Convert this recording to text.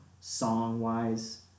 song-wise